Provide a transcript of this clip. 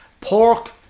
pork